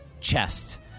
chest